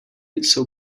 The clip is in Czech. jsou